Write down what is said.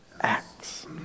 Acts